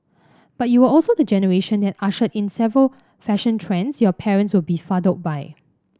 but you were also the generation that ushered in several fashion trends your parents were befuddled by